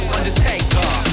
Undertaker